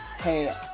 Hey